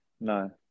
No